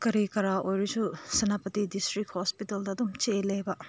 ꯀꯔꯤ ꯀꯔꯥ ꯑꯣꯏꯔꯁꯨ ꯁꯦꯅꯥꯄꯇꯤ ꯗꯤꯁꯇ꯭ꯔꯤꯛ ꯍꯣꯁꯄꯤꯇꯥꯜꯗ ꯑꯗꯨꯝ ꯆꯦꯜꯂꯦꯕ